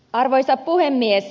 arvoisa puhemies